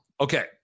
okay